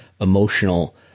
emotional